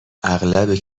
اغلب